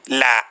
la